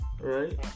right